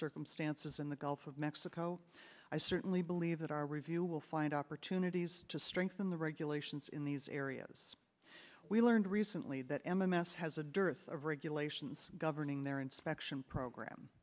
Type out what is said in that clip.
circumstances in the gulf of mexico i certainly believe that our review will find opportunities to strengthen the regulations in these areas we learned recently that m m s has a dearth of regulations governing their inspection program